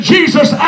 Jesus